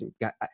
got